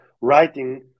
writing